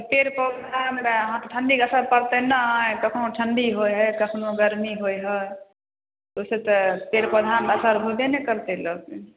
पेड़ पौधापर हँ तऽ ठण्डीके असरि पड़तै नहि कखनो ठण्डी होइ हइ कखनो गरमी होइ हइ ओहिसँ तऽ पेड़ पौधापर असरि होबे ने करतै लोकके